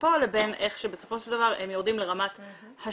פה לבין איך שבסופו של דבר הם יורדים לרמת השטח.